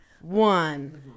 one